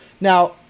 Now